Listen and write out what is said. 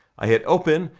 i hit open,